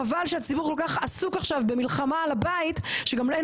חבל שהציבור כל כך עסוק עכשיו במלחמה על הבית שגם אין